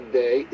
day